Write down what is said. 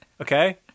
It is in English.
Okay